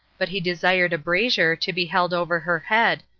but he desired a brazier to be held over her head,